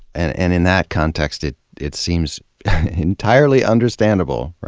and and in that context, it it seems entirely understandable, right,